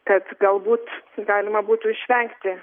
kad galbūt galima būtų išvengti